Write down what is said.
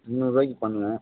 முந்நூறுரூவாய்க்கு பண்ணுவேன்